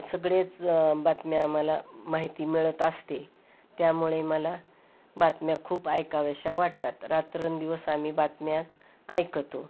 सगळेच बातम्या आम्हाला माहिती मिळत असते आहे त्यामुळे मला बातम्या खूप ऐकावाश्या वाटतात रात्रंदिवस आम्ही बातम्याच ऐकतो